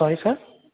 sorry sir